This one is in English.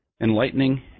enlightening